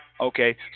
Okay